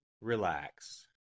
Relax